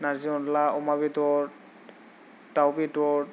नारजि अनला अमा बेदर दाउ बेदर